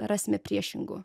rasime priešingų